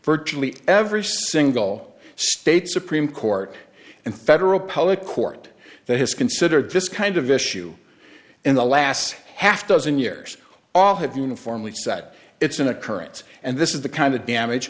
virtually every single state supreme court and federal public court that has considered this kind of issue in the last half dozen years all have uniformly said it's an occurrence and this is the kind of damage